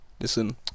Listen